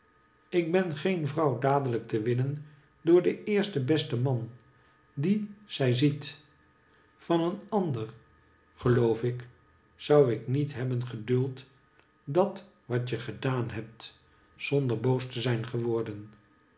ik ben geen vrouw dadelijk te winnen door den eersten besten man dien zij ziet van een ander geloof ik zou ik niet hebben geduld dat wat je gedaan hebt zonder boos te zijn geworden